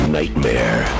nightmare